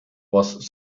was